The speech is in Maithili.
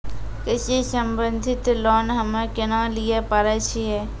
कृषि संबंधित लोन हम्मय केना लिये पारे छियै?